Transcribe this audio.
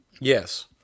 Yes